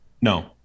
No